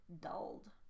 dulled